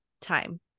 time